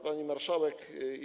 Pani Marszałek!